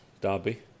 Derby